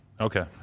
Okay